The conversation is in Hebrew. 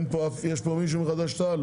יש פה מישהו מחד"ש תע"ל?